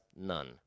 none